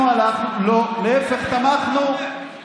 אנחנו, לא, להפך, תמכנו זה מה שאתה אומר.